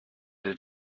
did